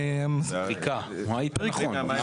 פריקה, נכון.